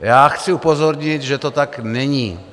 Já chci upozornit, že to tak není.